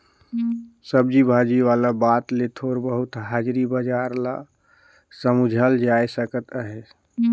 सब्जी भाजी वाला बात ले थोर बहुत हाजरी बजार ल समुझल जाए सकत अहे